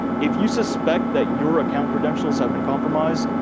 if you suspect that your account credentials have been compromised,